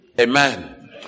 Amen